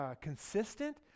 consistent